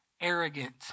arrogant